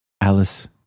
Alice